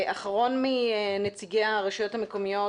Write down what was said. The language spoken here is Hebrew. אחרון מנציגי הרשויות המקומיות,